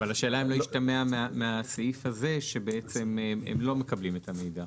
השאלה אם מהסעיף הזה משתמע שבעצם הם לא מקבלים את המידע.